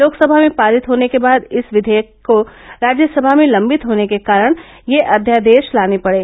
लोकसभा में पारित होने के बाद इस विधेयक के राज्यसभा में लम्बित होने के कारण ये अध्यादेश लाने पड़े